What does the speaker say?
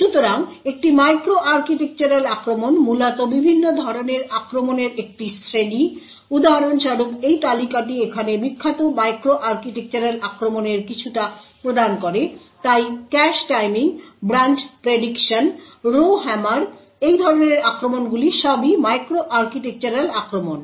সুতরাং একটি micro architectural আক্রমণ মূলত বিভিন্ন ধরণের আক্রমণের একটি শ্রেণী উদাহরণস্বরূপ এই তালিকাটি এখানে বিখ্যাত মাইক্রো আর্কিটেকচারাল আক্রমণের কিছুটা প্রদান করে তাই cache timing branch prediction row hammer এই ধরনের আক্রমণগুলি সবই মাইক্রো আর্কিটেকচারাল আক্রমণ